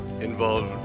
Involved